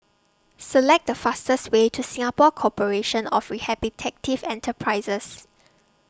Select The fastest Way to Singapore Corporation of Rehabilitative Enterprises